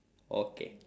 okay